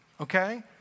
okay